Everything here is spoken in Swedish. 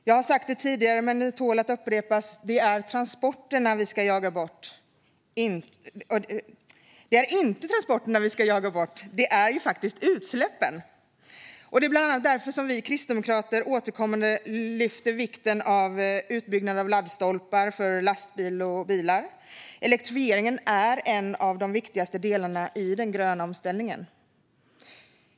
Jag har sagt det tidigare, men det tål att upprepas, nämligen att det inte är transporterna vi ska jaga bort, utan det är utsläppen. Det är bland annat därför vi kristdemokrater återkommande lyfter upp vikten av utbyggnaden av laddstolpar för lastbilar och bilar. Elektrifieringen är en av de viktigaste delarna i den gröna omställningen.